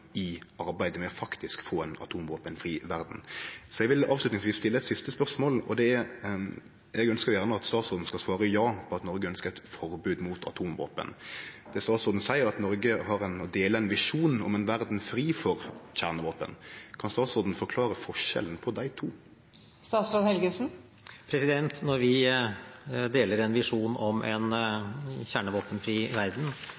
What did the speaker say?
i arbeidet med faktisk å få ei atomvåpenfri verd. Så vil eg slutte av med å stille eit siste spørsmål, og eg ønskjer gjerne at statsråden skal svare ja på at Noreg ønskjer eit forbod mot atomvåpen. Det statsråden seier er at Noreg deler ein visjon om ei verd fri for kjernevåpen. Kan statsråden forklare skilnaden på dei to? Når vi deler en visjon om en kjernevåpenfri verden